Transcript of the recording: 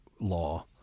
law